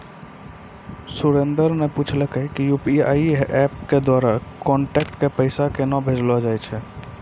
सुरेन्द्र न पूछलकै कि यू.पी.आई एप्प के द्वारा कांटैक्ट क पैसा केन्हा भेजलो जाय छै